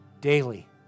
daily